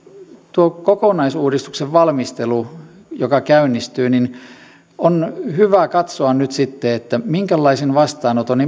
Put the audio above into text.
tuon kokonaisuudistuksen valmistelussa joka käynnistyy on hyvä katsoa nyt sitten minkälaisen vastaanoton